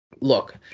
Look